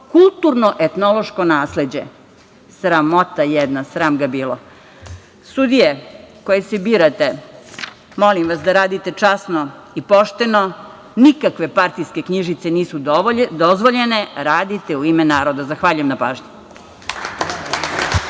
kulturno-etnološko nasleđe. Sramota jedna, sram ga bilo. Sudije koje se birate, molim vas, da radite časno i pošteno. Nikakve partijske knjižice nisu dozvoljene, radite u ime naroda. Zahvaljujem na pažnji.